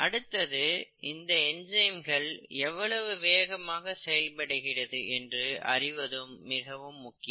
அடுத்தது இந்த என்சைம்கள் எவ்வளவு வேகமாக செயல்படுகிறது என்று அறிவதும் மிகவும் முக்கியம்